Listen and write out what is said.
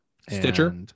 Stitcher